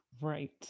Right